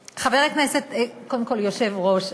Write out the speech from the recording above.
היושב-ראש,